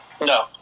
No